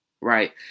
Right